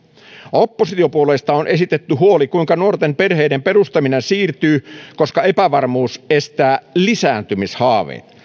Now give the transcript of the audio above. oppositiopuolueista on esitetty huoli siitä kuinka nuorten perheiden perustaminen siirtyy koska epävarmuus estää lisääntymishaaveet